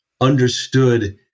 understood